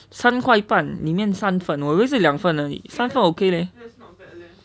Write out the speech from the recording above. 三块半里面三份我以为是两份而已三份:san kuai bann li mian san fenn wo yi wei shi liang fenn er yi san fenn okay leh